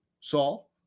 Saul